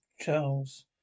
charles